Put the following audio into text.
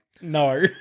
no